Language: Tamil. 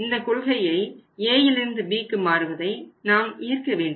இந்தக் கொள்கையை Aயிலிருந்து Bக்கு மாறுவதை நாம் ஏற்க வேண்டும்